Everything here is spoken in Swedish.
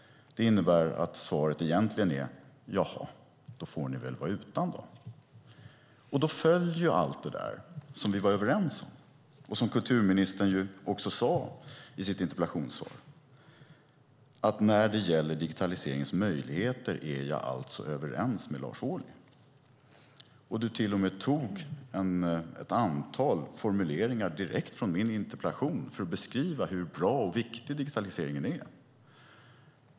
Det innebär att svaret egentligen är: Jaha, då får ni väl vara utan. Då faller ju allt som vi var överens om och som kulturministern sade i sitt interpellationssvar: "När det gäller digitaliseringens möjligheter är jag alltså överens med Lars Ohly." Kulturministern tog till och med ett antal formuleringar från min interpellation för att beskriva hur bra och viktig digitaliseringen är.